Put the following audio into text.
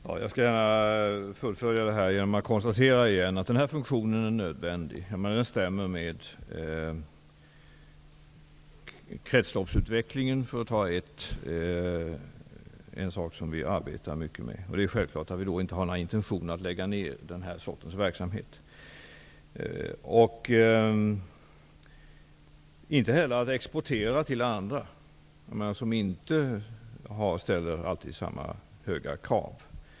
Herr talman! Jag skall gärna fullfölja resonemanget genom att på nytt konstatera att den här funktionen är nödvändig. Den stämmer med kretsloppsutvecklingen, för att som exempel ta en sak som vi arbetar mycket med. Det är självklart att vi inte har några intentioner att lägga ned den sortens verksamhet. Vi avser inte heller att exportera till andra, som inte alltid ställer samma höga krav.